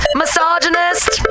misogynist